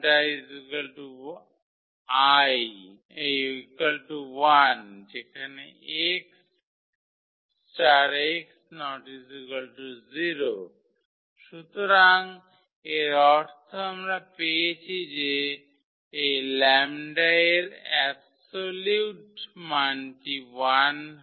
2 1 যেখানে 𝑥∗ 𝑥 ≠ 0 সুতরাং এর অর্থ আমরা পেয়েছি যে এই λ এর অ্যাবসোলিউট মানটি 1 হবে